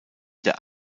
der